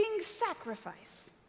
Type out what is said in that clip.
sacrifice